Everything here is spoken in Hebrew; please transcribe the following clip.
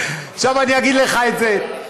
עכשיו אני אגיד לך את זה,